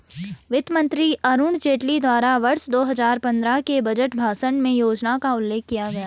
वित्त मंत्री अरुण जेटली द्वारा वर्ष दो हजार पन्द्रह के बजट भाषण में योजना का उल्लेख किया गया था